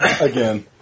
Again